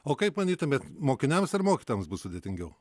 o kaip manytumėt mokiniams ar mokytojams bus sudėtingiau